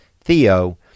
theo